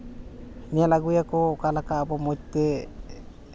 ᱧᱮᱞ ᱟᱹᱜᱩᱭᱟᱠᱚ ᱚᱠᱟ ᱞᱮᱠᱟ ᱟᱵᱚ ᱢᱚᱫᱽᱫᱷᱮ